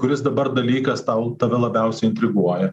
kuris dabar dalykas tau tave labiausiai intriguoja